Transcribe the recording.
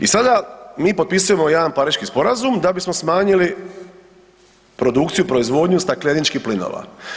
I sada mi potpisujemo jedan Pariški sporazum da bismo smanjili produkciju, proizvodnju stakleničkih plinova.